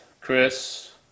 Chris